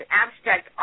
abstract